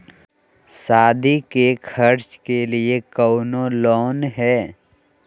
सादी के खर्चा के लिए कौनो लोन है?